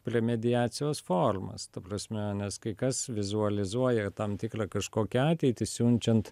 premediacijos formas ta prasme nes kai kas vizualizuoja tam tikrą kažkokią ateitį siunčiant